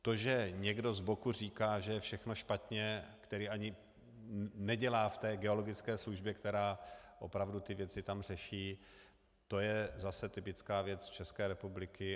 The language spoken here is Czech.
To, že někdo z boku říká, že je všechno špatně, který ani nedělá v geologické službě, která opravdu věci řeší, to je zase typická věc České republiky.